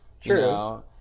True